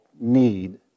need